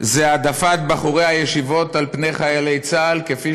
זה העדפת בחורי הישיבות על פני חיילי צה"ל כפי